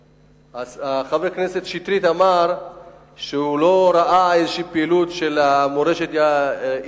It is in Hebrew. חבר הכנסת שטרית אמר שהוא לא ראה איזו פעילות של מועצת מורשת היידיש.